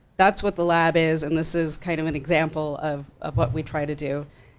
that's what the lab is, and this is kind of an example of of what we try to do.